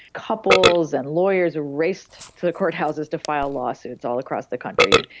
couples and lawyers ah raced to the courthouses to file law suits all across the country.